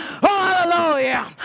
hallelujah